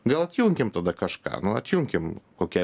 gal atjunkim tada kažką nu atjunkim kokią